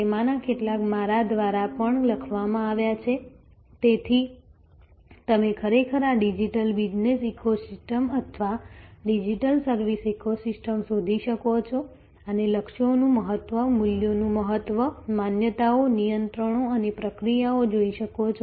તેમાંના કેટલાક મારા દ્વારા પણ લખવામાં આવ્યા છે તેથી તમે ખરેખર આ ડિજિટલ બિઝનેસ ઇકોસિસ્ટમ અથવા ડિજિટલ સર્વિસ ઇકોસિસ્ટમ શોધી શકો છો અને લક્ષ્યોનું મહત્વ મૂલ્યોનું મહત્વ માન્યતાઓ નિયંત્રણો અને પ્રક્રિયાઓ જોઈ શકો છો